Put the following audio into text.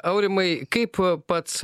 aurimai kaip pats